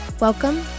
Welcome